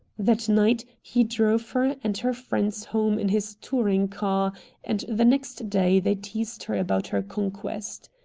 that night he drove her and her friends home in his touring-car and the next day they teased her about her conquest.